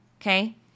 Okay